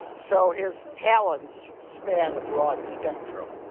so his talents span a broad spectrum.